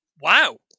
Wow